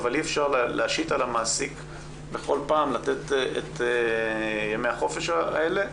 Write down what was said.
אבל אי אפשר להשית על המעסיק בכל פעם לתת את ימי החופשה הללו.